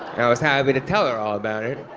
i was happy to tell her all about it.